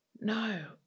no